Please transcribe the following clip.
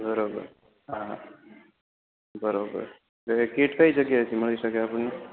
બરાબર હા બરોબર એ કીટ કઈ જગ્યાએથી મળી શકે આપણને